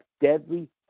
deadly